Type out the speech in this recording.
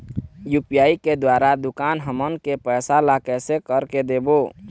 UPI के द्वारा दुकान हमन के पैसा ला कैसे कर के देबो?